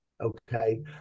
Okay